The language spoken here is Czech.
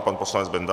Pan poslanec Benda.